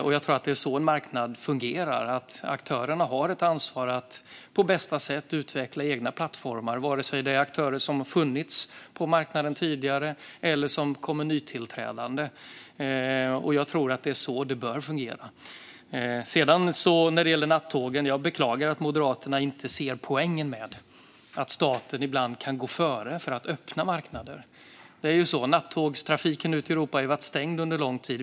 Jag tror att det är så en marknad fungerar; aktörerna har ett ansvar för att på bästa sätt utveckla egna plattformar, vare sig det är aktörer som har funnits på marknaden tidigare eller som kommer nytillträdande. Jag tror att det är så det bör fungera. När det gäller nattågen beklagar jag att Moderaterna inte ser poängen med att staten ibland kan gå före för att öppna marknader. Nattågstrafiken ut till Europa har varit stängd under lång tid.